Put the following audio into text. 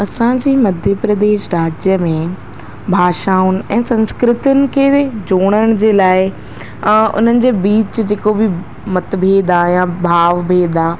असांजे मध्य प्रदेश राज्य में भाषा ऐं संस्कृतिन खे जोड़ण जे लाइ उन्हनि जे बीच जेको बि मतभेद आहे या भाव भेद आहे